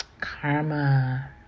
Karma